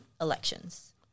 elections